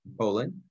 Poland